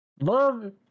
Love